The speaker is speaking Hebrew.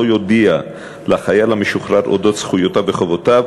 יודיע לחייל המשוחרר על אודות זכויותיו וחובותיו,